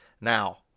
Now